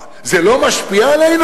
מה, זה לא משפיע עלינו?